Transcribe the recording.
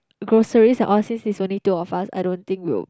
groceries and all since there's only two of us I don't think will